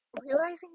realizing